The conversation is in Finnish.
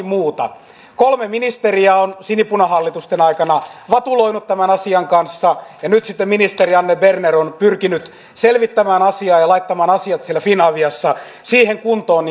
muuta kolme ministeriä on sinipunahallitusten aikana vatuloinut tämän asian kanssa ja nyt sitten ministeri anne berner on pyrkinyt selvittämään asiaa ja laittamaan asiat siellä finaviassa siihen kuntoon